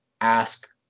ask